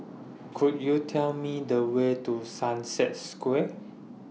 Could YOU Tell Me The Way to Sunset Square